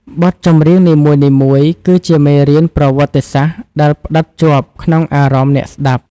បទចម្រៀងនីមួយៗគឺជាមេរៀនប្រវត្តិសាស្ត្រដែលផ្ដិតជាប់ក្នុងអារម្មណ៍អ្នកស្ដាប់។